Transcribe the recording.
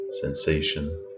sensation